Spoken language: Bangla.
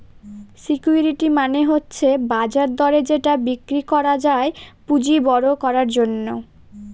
সিকিউরিটি মানে হচ্ছে বাজার দরে যেটা বিক্রি করা যায় পুঁজি বড়ো করার জন্য